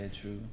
true